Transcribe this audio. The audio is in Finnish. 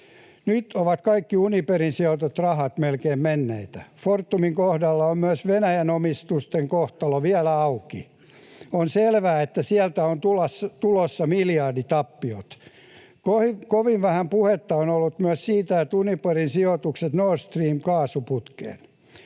Nyt ovat kaikki Uniperiin sijoitetut rahat melkein menneitä. Fortumin kohdalla on myös Venäjän omistusten kohtalo vielä auki. On selvää, että sieltä on tulossa miljarditappiot. Kovin vähän puhetta on ollut myös Uniperin sijoituksista Nord Stream ‑kaasuputkiin.